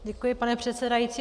Děkuji, pane předsedající.